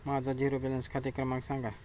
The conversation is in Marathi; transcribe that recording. माझा झिरो बॅलन्स खाते क्रमांक सांगा